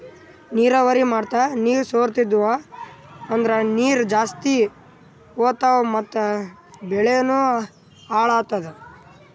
ನೀರಾವರಿ ಮಾಡದ್ ನೀರ್ ಸೊರ್ಲತಿದ್ವು ಅಂದ್ರ ನೀರ್ ಜಾಸ್ತಿ ಹೋತಾವ್ ಮತ್ ಬೆಳಿನೂ ಹಾಳಾತದ